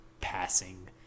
passing